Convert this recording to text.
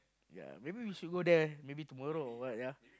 ya maybe we should go there maybe tomorrow or what ya